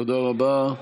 תודה רבה.